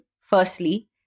firstly